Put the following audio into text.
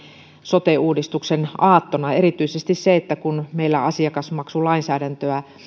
sote uudistuksen aattona erityisesti kun asiakasmaksulainsäädäntöä